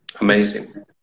Amazing